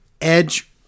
Edge